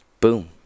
Boom